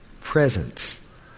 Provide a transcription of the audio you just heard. Presence